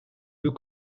deux